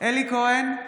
אלי כהן,